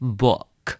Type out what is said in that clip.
book 。